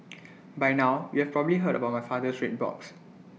by now you have probably heard about my father's red box